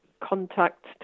contact